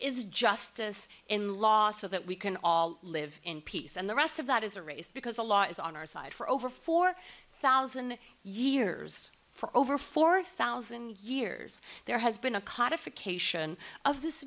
is justice in law so that we can all live in peace and the rest of that is a race because the law is on our side for over four thousand years for over four thousand years there has been a